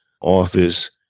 office